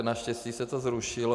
Naštěstí se to zrušilo.